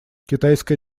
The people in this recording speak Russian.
китайская